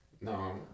No